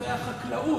שבנושא החקלאות,